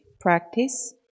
practice